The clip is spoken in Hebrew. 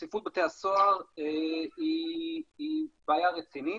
הצפיפות בבתי הסוהר היא בעיה רצינית,